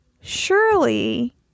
surely